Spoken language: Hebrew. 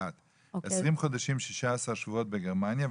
20 חודשים ו-16 שבועיות בגרמניה,